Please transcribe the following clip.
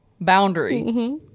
boundary